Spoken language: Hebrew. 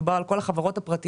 מדובר על כל הגופים הפרטיים,